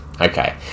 Okay